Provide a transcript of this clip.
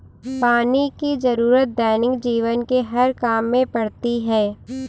पानी की जरुरत दैनिक जीवन के हर काम में पड़ती है